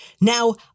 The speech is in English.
Now